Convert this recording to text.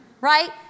right